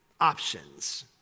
options